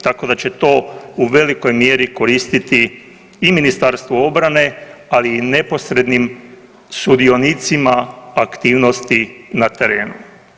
Tako da će to u velikoj mjeri koristiti i Ministarstvu obrane, ali i neposrednim sudionicima aktivnosti na terenu.